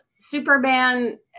Superman